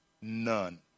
none